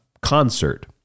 concert